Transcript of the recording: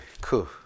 Cool